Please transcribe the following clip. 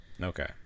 Okay